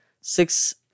six